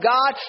God